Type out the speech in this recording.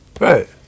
Right